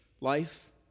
life